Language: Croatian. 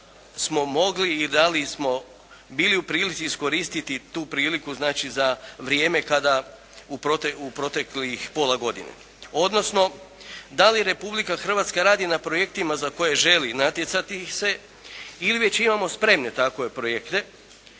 li smo mogli i da li smo bili u prilici iskoristiti tu priliku, znači za vrijeme kada u proteklih pola godine odnosno da li Republika Hrvatska radi na projektima za koje želi natjecati ih se ili već imamo spremne takove projekte